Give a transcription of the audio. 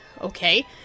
okay